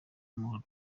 amahoro